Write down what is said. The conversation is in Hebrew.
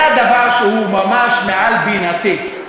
זה הדבר שהוא ממש מעל בינתי.